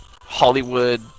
Hollywood